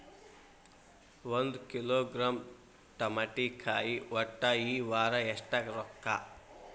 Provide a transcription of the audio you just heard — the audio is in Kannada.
ಒಂದ್ ಕಿಲೋಗ್ರಾಂ ತಮಾಟಿಕಾಯಿ ಒಟ್ಟ ಈ ವಾರ ಎಷ್ಟ ರೊಕ್ಕಾ?